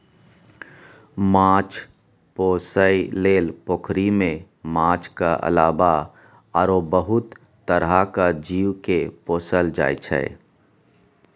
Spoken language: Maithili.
माछ पोसइ लेल पोखरि मे माछक अलावा आरो बहुत तरहक जीव केँ पोसल जाइ छै